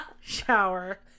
shower